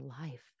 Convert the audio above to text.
life